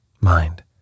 Mind